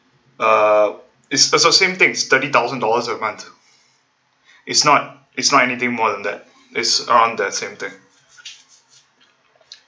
uh it's it's the same things thirty thousand dollars a month it's not it's not anything more than that is around that same thing